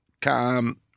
calm